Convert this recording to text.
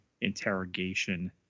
interrogation